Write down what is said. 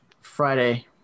Friday